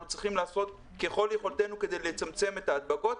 אנחנו צריכים לעשות ככל יכולתנו כדי לצמצם את הבדיקות,